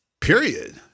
period